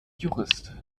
jurist